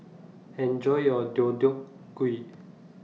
Enjoy your Deodeok Gui